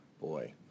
Boy